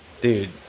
Dude